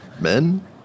Men